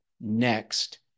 next